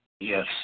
Yes